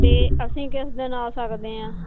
ਅਤੇ ਅਸੀਂ ਕਿਸ ਦਿਨ ਆ ਸਕਦੇ ਹਾਂ